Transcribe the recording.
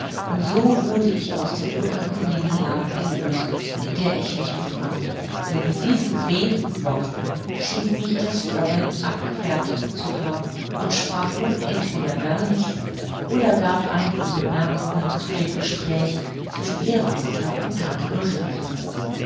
und so wurde ich aus der unangenehmen lage erlöst in der ich mich befand denn mit diesen wenigen worten schien mich das fräulein abgefertigt zu haben und sprach nun entweder gar nicht oder gab einige bemerkungen zu dem gespräch zwischen ihrer mutter und tante ulrike